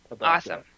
Awesome